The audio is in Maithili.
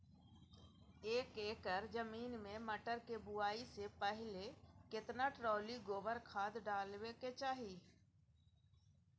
एक एकर जमीन में मटर के बुआई स पहिले केतना ट्रॉली गोबर खाद डालबै के चाही?